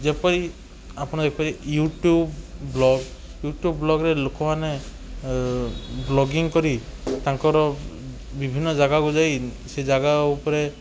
ଯେପରି ଆପଣ ଏପରି ୟୁଟ୍ୟୁବ ବ୍ଲଗ ୟୁଟ୍ୟୁବ ବ୍ଲଗରେ ଲୋକମାନେ ଅ ବ୍ଳଗିଙ୍ଗକରି ତାଙ୍କର ବିଭିନ୍ନ ଜାଗାକୁ ଯାଇ ସେ ଜାଗା ଉପରେ